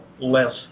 less